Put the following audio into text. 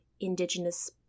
indigenous